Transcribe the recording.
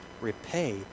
repay